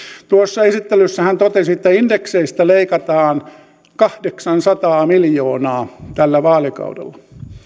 tuossa esittelyssä hän totesi että indekseistä leikataan kahdeksansataa miljoonaa tällä vaalikaudella